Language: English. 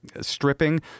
stripping